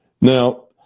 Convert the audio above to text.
Now